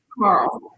Carl